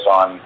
on